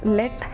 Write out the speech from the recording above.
let